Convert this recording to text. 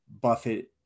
Buffett